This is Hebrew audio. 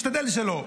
משתדל שלא.